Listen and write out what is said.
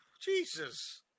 Jesus